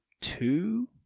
two